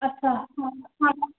अच्छा अच्छा